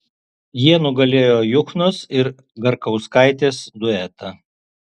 jie nugalėjo juchnos ir garkauskaitės duetą